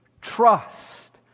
trust